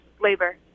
labor